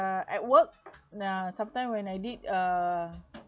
uh at work uh sometime when I did uh